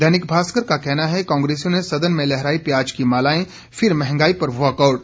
दैनिक भास्कर का कहना है कांग्रेसियों ने सदन में लहराई प्याज की मालाएं फिर महंगाई पर वाकआउट